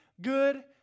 good